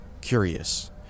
Curious